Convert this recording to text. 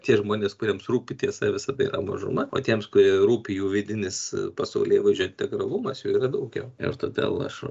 tie žmonės kuriems rūpi tiesa visada yra mažuma o tiems kurie rūpi jų vidinis pasaulėvaizdžio integralumas jų yra daugiau ir todėl aš